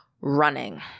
running